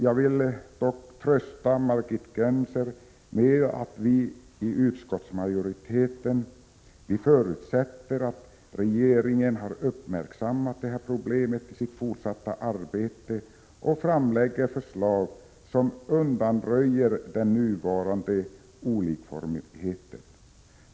Jag kan dock trösta henne med att utskottsmajoriteten förutsätter att regeringen uppmärksammar problemet i sitt fortsatta arbete och framlägger förslag som innebär att man undanröjer den nuvarande olikformigheten.